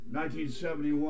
1971